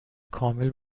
کامل